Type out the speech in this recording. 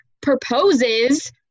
proposes